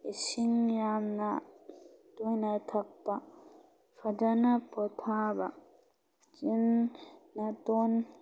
ꯏꯁꯤꯡ ꯌꯥꯝꯅ ꯇꯣꯏꯅ ꯊꯛꯄ ꯐꯖꯟꯅ ꯄꯣꯊꯥꯕ ꯆꯤꯟ ꯅꯥꯇꯣꯟ